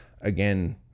again